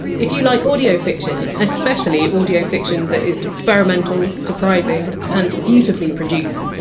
if you like audio fiction, especially audio fiction that is experimental, surprising, and beautifully produced,